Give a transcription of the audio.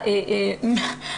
טנקמן.